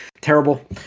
terrible